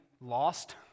lost